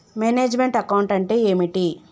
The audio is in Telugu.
మేనేజ్ మెంట్ అకౌంట్ అంటే ఏమిటి?